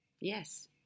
Yes